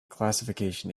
classification